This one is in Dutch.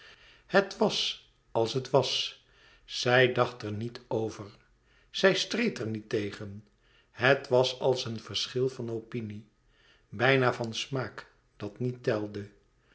het was als het was zij dacht er niet over zij streed er niet tegen het was als een verschil van opinie bijna van smaak dat niet telde